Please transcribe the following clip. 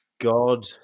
God